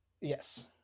Yes